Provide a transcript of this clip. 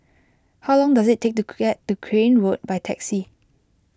how long does it take to get to Crane Road by taxi